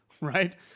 right